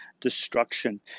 destruction